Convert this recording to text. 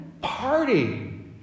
party